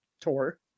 tour